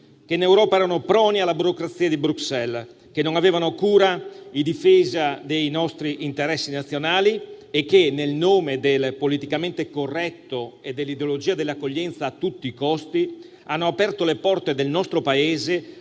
in Europa proni alla burocrazia di Bruxelles, che non avevano cura e difesa dei nostri interessi nazionali e che, nel nome del politicamente corretto e dell'ideologia dell'accoglienza a tutti i costi, hanno aperto le porte del nostro Paese